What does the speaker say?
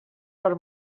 per